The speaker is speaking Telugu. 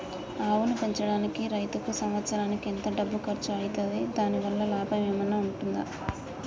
ఆవును పెంచడానికి రైతుకు సంవత్సరానికి ఎంత డబ్బు ఖర్చు అయితది? దాని వల్ల లాభం ఏమన్నా ఉంటుందా?